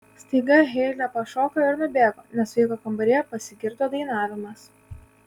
staiga heile pašoko ir nubėgo nes vaiko kambaryje pasigirdo dainavimas